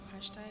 Hashtag